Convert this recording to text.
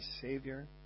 Savior